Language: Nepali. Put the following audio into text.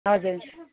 हजुर